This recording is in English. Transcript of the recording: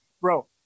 bro